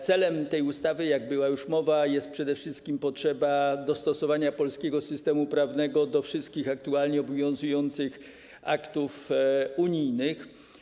Celem tej ustawy, jak już była mowa, jest przede wszystkim potrzeba dostosowania polskiego systemu prawnego do wszystkich aktualnie obowiązujących aktów unijnych.